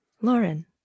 Lauren